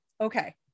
okay